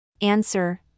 Answer